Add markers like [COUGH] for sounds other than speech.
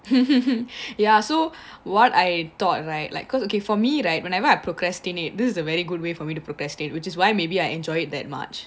[LAUGHS] ya what I thought right like cause okay for me right whenever I procrastinate this is a very good way for me to procrastinate which is why maybe I enjoy it that much